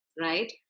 right